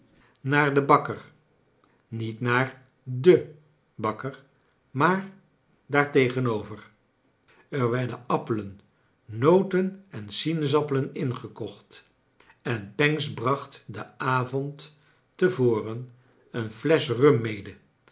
naar den bakker niet naar den bakker maar daar tegenoyer er werden appelen noten en sinaasappelen ingekocht en pancks bracht den avond te voren een flesch rum mede